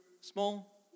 small